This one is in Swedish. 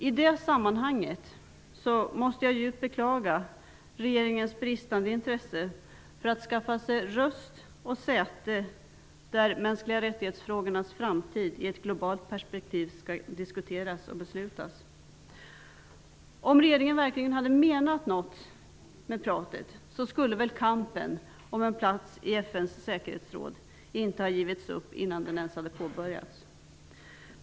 I det sammanhanget måste jag djupt beklaga regeringens bristande intresse för att skaffa sig röst och säte där frågorna om de mänskliga rättigheternas framtid i ett globalt perspektiv skall diskuteras och beslutas. Om regeringen verkligen hade menat något med pratet skulle väl kampen för en plats i FN:s säkerhetsråd inte ha givits upp innan den ens hade påbörjats.